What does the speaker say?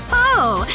oh